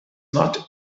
not